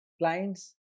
clients